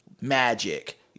magic